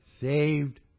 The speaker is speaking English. saved